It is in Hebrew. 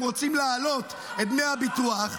הם רוצים להעלות את דמי הביטוח,